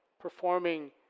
performing